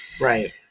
Right